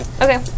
Okay